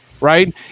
right